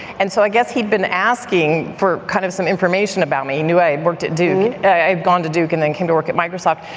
and so i guess he'd been asking for kind of some information about me. he knew i worked at duke. i've gone to duke and then came to work at microsoft.